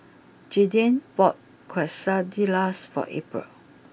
Jaeden bought Quesadillas for April